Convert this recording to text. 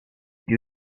più